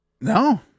No